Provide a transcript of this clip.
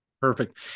Perfect